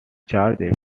charged